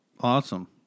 Awesome